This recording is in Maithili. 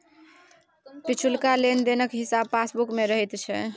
पिछुलका लेन देनक हिसाब पासबुक मे रहैत छै